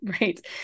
Right